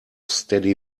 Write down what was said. steady